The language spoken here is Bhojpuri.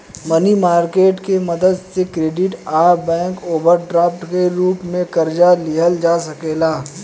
मनी मार्केट के मदद से क्रेडिट आ बैंक ओवरड्राफ्ट के रूप में कर्जा लिहल जा सकेला